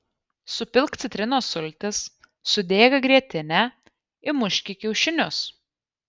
supilk citrinos sultis sudėk grietinę įmuški kiaušinius